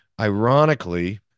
ironically